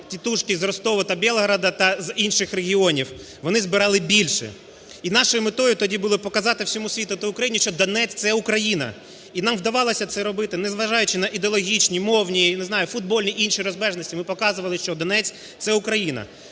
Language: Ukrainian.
"тітушки" з Ростова та Бєлгорода, та з інших регіонів, вони збирали більше. І нашою метою тоді було показати всьому світу та Україні, що Донецьк – це Україна. І нам вдавалося це робити незважаючи ідеологічні, мовні, я не знаю, футбольні інші розбіжності, ми показували, що Донецьк – це Україна.